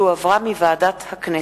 שהחזירה ועדת הכנסת.